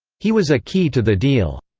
he was a key to the deal.